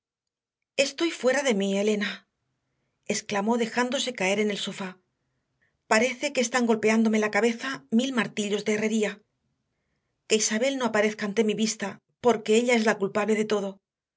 estoy fuera de mí elena exclamó dejándose caer en el sofá parece que están golpeándome la cabeza mil martillos de herrería que isabel no aparezca ante mi vista porque ella es la culpable de todo